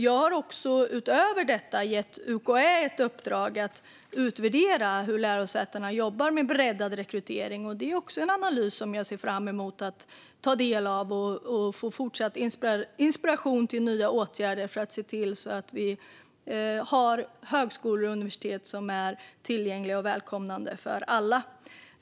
Jag har gett UKÄ ett uppdrag att utvärdera hur lärosätena jobbar med breddad rekrytering. Det är en analys som jag ser fram emot att ta del av för att få inspiration till nya åtgärder för att se till att vi har högskolor och universitet som är tillgängliga och välkomnande för alla.